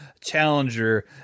challenger